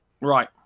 Right